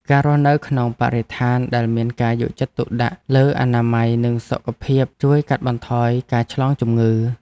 ការរស់នៅក្នុងបរិស្ថានដែលមានការយកចិត្តទុកដាក់លើអនាម័យនិងសុខភាពជួយកាត់បន្ថយការឆ្លងជំងឺ។